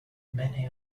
many